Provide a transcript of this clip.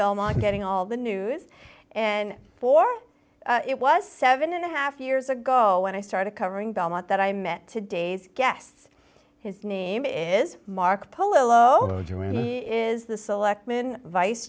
belmont getting all the news and for it was seven and a half years ago when i started covering belmont that i met today's guests his name is mark polo doing is the selectmen vice